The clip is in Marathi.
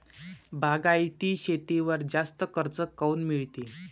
बागायती शेतीवर जास्त कर्ज काऊन मिळते?